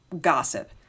gossip